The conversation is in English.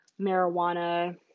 marijuana